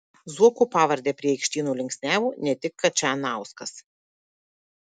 zuoko pavardę prie aikštyno linksniavo ne tik kačanauskas